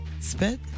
Spit